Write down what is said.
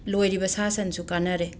ꯂꯣꯏꯔꯤꯕ ꯁꯥ ꯁꯟꯁꯨ ꯀꯥꯟꯅꯔꯦ